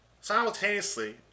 Simultaneously